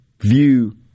view